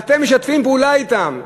ואתם משתפים פעולה אתם.